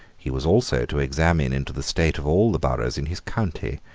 he was also to examine into the state of all the boroughs in his county,